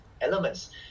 elements